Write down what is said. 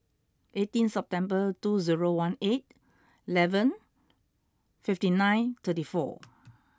eighteen September two zero one eight eleven fifty nine thirty four